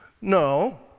No